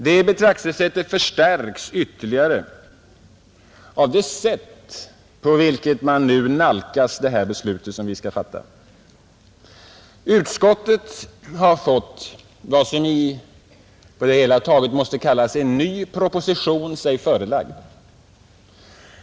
Det betraktelsesättet förstärks ytterligare av det sätt på vilket man nu nalkas det beslut som vi här skall fatta, Utskottet har fått sig förelagd vad som på det hela taget måste kallas en ny proposition.